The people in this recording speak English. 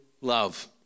love